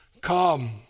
Come